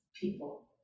people